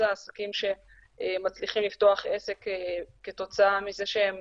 העסקים שמצליחים לפתוח עסק כתוצאה מזה שהם